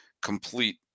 complete